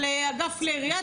יש כאן דיון על אגף כלי הירייה,